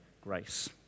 grace